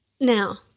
Now